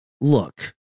Look